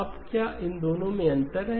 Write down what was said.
अब क्या इस दोनों में अंतर है